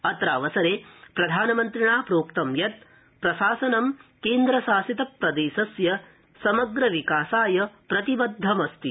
अत्रावसरे प्रधानमन्त्रिणा प्रोक्तं यत् प्रशासनं केन्द्रशासित प्रदेशस्य समग्र विकासाय प्रतिबद्धमस्ति